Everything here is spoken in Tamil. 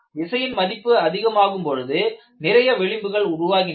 விசையின் மதிப்பு அதிகமாகும் பொழுது நிறைய விளிம்புகள் உருவாகின்றன